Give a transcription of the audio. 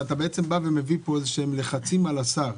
אתה מביא פה איזה שהם לחצים על השר.